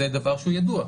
זה דבר שהוא ידוע,